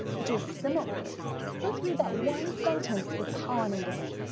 which is similar. so let's read that once sentence with pollinate in it.